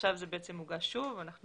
עכשיו זה מוגש שוב ואנחנו